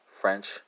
French